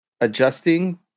adjusting